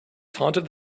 taunted